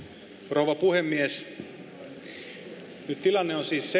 rouva puhemies nyt tilanne on siis se että